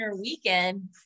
weekend